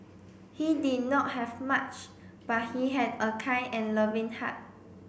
he did not have much but he had a kind and loving heart